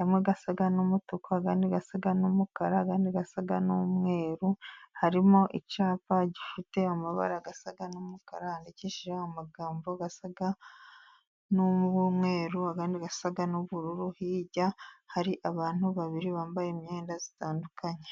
amwe asa n'umutuku, ayandi asa n'umukara, ayandi asa n'umweru, harimo icyapa gifite amabara asa n'umukara, yandikishije amagambo asa n'umweru, ayandi asa n'ubururu, hirya hari abantu babiri bambaye imyenda itandukanye.